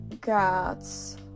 God's